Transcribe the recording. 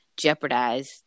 jeopardize